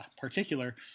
particular